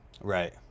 Right